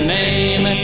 name